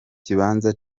kibanza